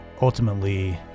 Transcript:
ultimately